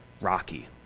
Rocky